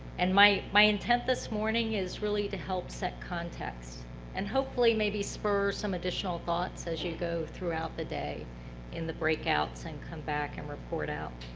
and my my intent this morning is really to help set context and hopefully maybe spur some additional thoughts as you go throughout the day in the breakouts and come back and report out.